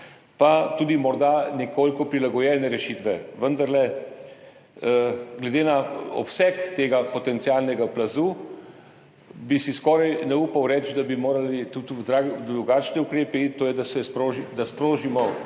tudi morda nekoliko prilagojene rešitve, vendarle si glede na obseg tega potencialnega plazu skoraj ne bi upal reči, da bi morali iti v drugačne ukrepe, to je, da sprožimo